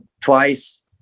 twice